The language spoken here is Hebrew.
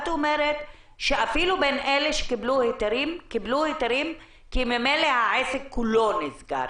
את אומרת שחלק ממקבלי ההיתרים הם קיבלו היתרים כי ממילא העסק כולו נסגר.